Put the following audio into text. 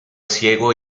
ciego